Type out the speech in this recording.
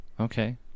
Okay